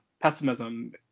pessimism